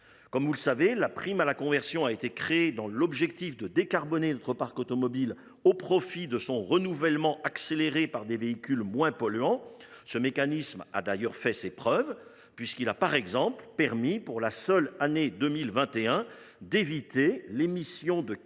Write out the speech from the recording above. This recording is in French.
Comme vous le savez, la prime à la conversion a été créée afin de décarboner notre parc automobile au profit de son renouvellement par des véhicules moins polluants. Ce mécanisme a d’ailleurs fait ses preuves puisqu’il a permis, pour la seule année 2021, d’éviter l’émission de 45 tonnes